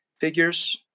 figures